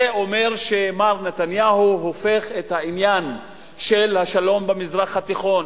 זה אומר שמר נתניהו הופך את העניין של השלום במזרח התיכון,